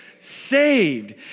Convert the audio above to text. saved